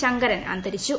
ശങ്കരൻ അന്തരിച്ചു